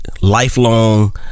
lifelong